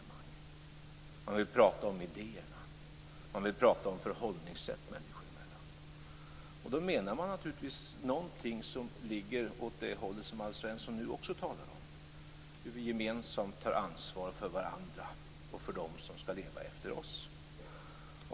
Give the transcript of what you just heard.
Man vill prata om idéerna och om förhållningssätt människor emellan. Då tänker man naturligtvis på någonting som ligger åt det håll som också Alf Svensson nu talar om, hur vi gemensamt tar ansvar för varandra och för dem som skall leva efter oss.